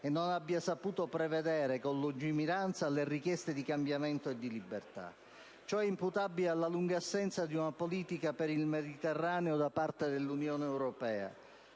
e non abbia saputo prevedere con lungimiranza le richieste di cambiamento e di libertà. Ciò è imputabile alla lunga assenza di una politica per il Mediterraneo da parte dell'Unione europea.